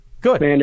Good